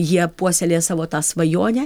jie puoselėja savo tą svajonę